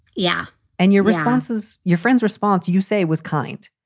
yeah and your responses, your friend's response, you say, was kind.